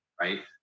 right